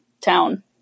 town